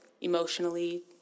emotionally